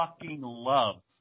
love